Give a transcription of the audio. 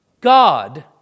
God